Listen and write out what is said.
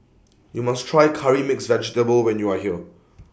YOU must Try Curry Mixed Vegetable when YOU Are here